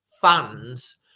fans